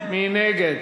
מי נגד?